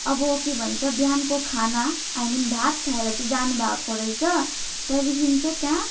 अब के भन्छ बिहानको खाना आई मिन भात खाएर चाहिँ जानुभएको रहेछ त्यहाँदेखि चाहिँ त्यहाँ